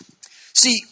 See